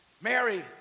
Mary